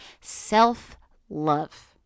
self-love